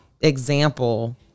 example